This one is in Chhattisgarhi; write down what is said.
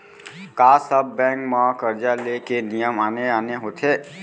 का सब बैंक म करजा ले के नियम आने आने होथे?